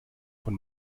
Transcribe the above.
von